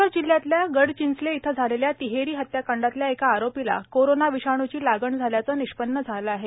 पालघर जिल्ह्यातल्या गडचिंचले इथं झालेल्या तिहेरी हत्याकांडातल्या एका आरोपीला कोरोना विषाणू ची लागण झाल्याचं निष्पन्न झालं आहे